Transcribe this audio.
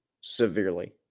severely